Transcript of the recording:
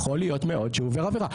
יכול להיות מאוד שהוא עובר עבירה.